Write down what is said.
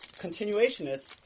continuationists